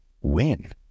win